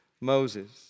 Moses